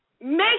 Make